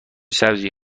سبزی